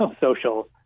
social